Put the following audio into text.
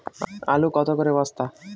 আলু কত করে বস্তা?